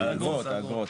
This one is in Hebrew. האגרות.